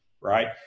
right